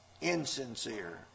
insincere